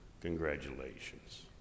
Congratulations